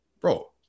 Bro